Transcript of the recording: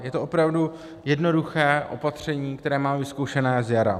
Je to opravdu jednoduché opatření, které máme vyzkoušené z jara.